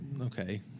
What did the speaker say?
okay